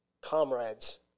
comrades